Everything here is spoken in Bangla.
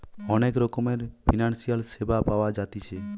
অনেক রকমের ফিনান্সিয়াল সেবা পাওয়া জাতিছে